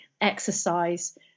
exercise